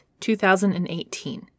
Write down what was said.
2018